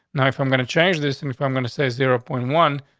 now, if i'm gonna change this and if i'm going to say zero point one,